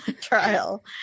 Trial